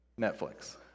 Netflix